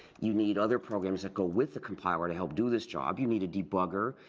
you need other programs that go with the compiler to help do this job. you need a debugger.